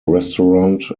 restaurant